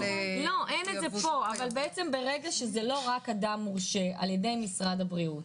אין את זה פה אבל בעצם ברגע שזה לא רק אדם מורשה על ידי משרד הבריאות,